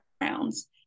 grounds